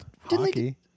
Hockey